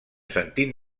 sentit